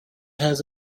has